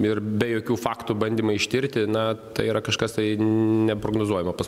ir be jokių faktų bandymai ištirti na tai yra kažkas tai neprognozuojamo pas